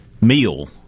meal